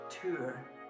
Tour